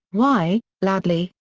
y, ladley,